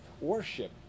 worship